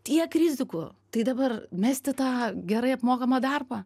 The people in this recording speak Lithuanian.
tiek rizikų tai dabar mesti tą gerai apmokamą darbą